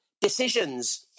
decisions